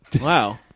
Wow